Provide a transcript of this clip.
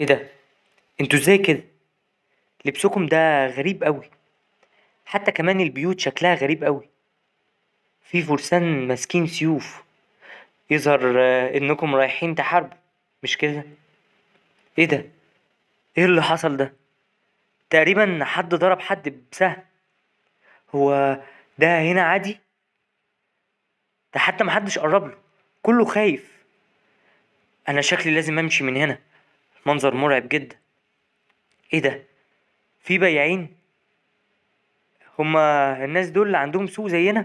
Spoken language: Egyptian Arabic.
ايه ده انتو ازاي كده؟ لبسكم ده غريب أوي حتى كمان البيوت شكلها غريب أوي فيه فرسان ماسكين سيوف يظهر أنكم رايحين تحاربوا مش كده؟ ،ايه ده؟ ايه اللي حصل ده؟ تقريبا حد ضرب حد بسهم هو ده هنا عادي؟ ده حتي محدش قربله كله خايف أنا شكلي لازم أمشي من هنا منظر مرعب جدا، ايه ده فيه بياعين؟ هما الناس دول عندهم سوق زينا.